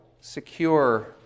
secure